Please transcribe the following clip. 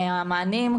המענים,